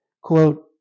Quote